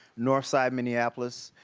northside minneapolis,